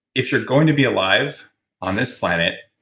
if you're going to be alive on this planet,